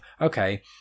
okay